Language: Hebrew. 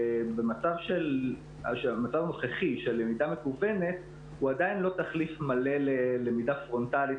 המצב הנוכחי של למידה מקוונת הוא עדיין לא תחליף מלא ללמידה פרונטלית,